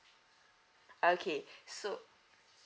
okay so